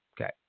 Okay